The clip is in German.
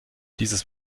dieses